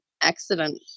accident